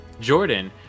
Jordan